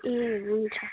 ए हुन्छ